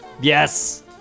Yes